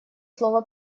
слово